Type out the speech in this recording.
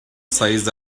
size